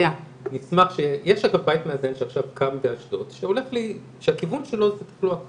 יש אגב בית מאזן שעכשיו קם באשדוד שהכיוון שלו זה תחלואה כפולה.